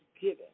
given